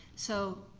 so,